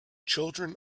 children